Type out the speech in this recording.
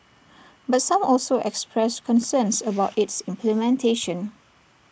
but some also expressed concerns about its implementation